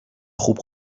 خوب